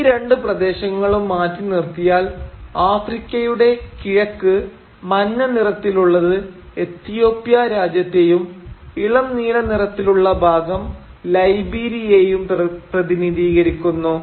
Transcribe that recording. ഈ രണ്ട് പ്രദേശങ്ങളും മാറ്റി നിർത്തിയാൽ ആഫ്രിക്കയുടെ കിഴക്ക് മഞ്ഞ നിറത്തിലുള്ളത് എത്തിയോപ്യ രാജ്യത്തെയും ഇളം നീല നിറത്തിലുള്ള ഭാഗം ലൈബീരിയേയും പ്രതിനിധീകരിക്കുന്നു